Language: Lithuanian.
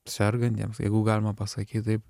sergantiems jeigu galima pasakyt taip